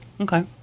Okay